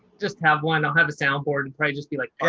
just have one i'll have a soundboard and pray just be like, yeah,